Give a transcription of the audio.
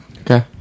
okay